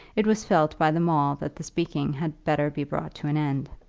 it was felt by them all that the speaking had better be brought to an end.